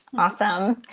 awesome.